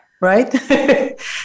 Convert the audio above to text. Right